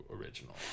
Original